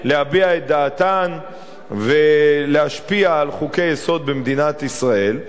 להביע את דעתן ולהשפיע על חוקי-יסוד במדינת ישראל,